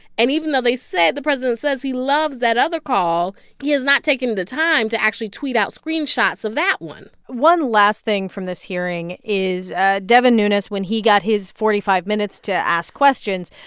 and even though they said the president says he loves that other call, he has not taken the time to actually tweet out screenshots of that one one last thing from this hearing is ah devin nunes, when he got his forty five minutes to ask questions,